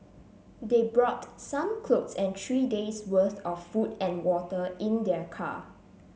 they brought some clothes and three days' worth of food and water in their car